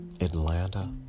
Atlanta